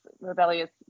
rebellious